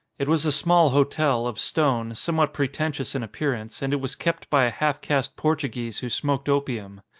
it was a small hotel, of stone, somewhat pretentious in appearance, and it was kept by a half-caste portuguese who smoked opium.